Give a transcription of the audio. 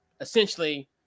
essentially